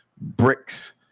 bricks